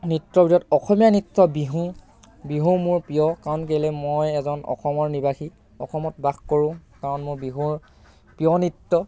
নৃত্যৰ ভিতৰত অসমীয়া নৃত্য বিহু বিহু মোৰ প্ৰিয় কাৰণ কেলৈ মই এজন অসমৰ নিৱাসী অসমত বাস কৰোঁ কাৰণ মোৰ বিহু প্ৰিয় নৃত্য